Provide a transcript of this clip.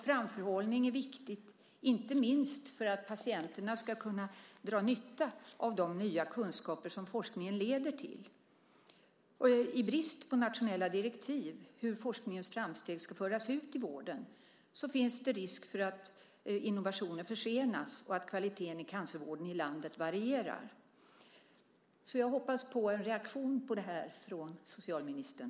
Framförhållning är viktigt inte minst för att patienterna ska kunna dra nytta av de nya kunskaper som forskningen leder till. I brist på nationella direktiv för hur forskningens framsteg ska föras ut i vården finns det risk för att innovationer försenas och kvaliteten i cancervården i landet varierar. Jag hoppas på en reaktion på detta från socialministern.